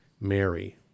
Mary